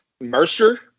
Mercer